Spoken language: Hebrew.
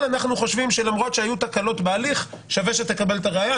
שלמרות התקלות שהיו בהליך כדאי לקבל את הראיה.